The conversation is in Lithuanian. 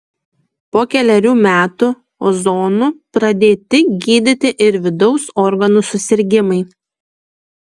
po kelerių metų ozonu pradėti gydyti ir vidaus organų susirgimai